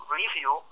review